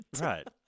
Right